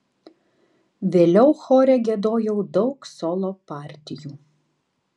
vėliau chore giedojau daug solo partijų